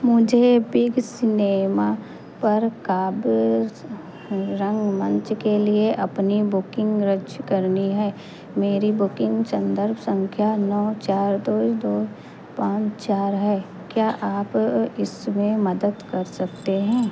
मुझे big cinema पर काव्य रंगमंच के लिए अपनी बुकिंग रद्द करनी है मेरी बुकिंग संदर्भ संख्या नौ चार दो दो पाँच चार है क्या आप इसमें मदद कर सकते हैं